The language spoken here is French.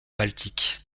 baltique